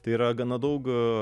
tai yra gana daug